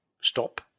stop